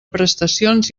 prestacions